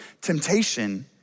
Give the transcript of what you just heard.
temptation